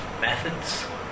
methods